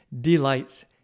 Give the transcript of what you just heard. delights